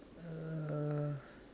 uh